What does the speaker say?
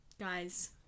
guys